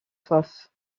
soif